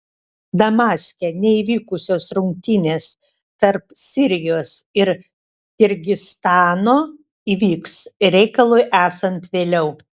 damaske neįvykusios rungtynės tarp sirijos ir kirgizstano įvyks reikalui esant vėliau